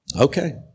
Okay